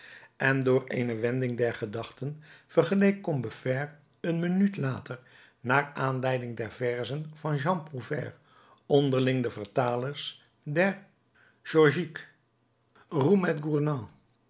en door eene wending der gedachten vergeleek combeferre een minuut later naar aanleiding der verzen van jean prouvaire onderling de vertalers der